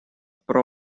про